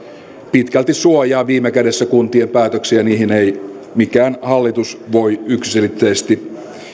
pitkälti suojaa viime kädessä kuntien päätöksiä ja niihin ei mikään hallitus voi yksiselitteisesti